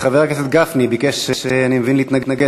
חבר הכנסת גפני ביקש, אני מבין, להתנגד